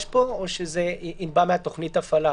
פה או שזה ינבע עם תוכנית ההפעלה?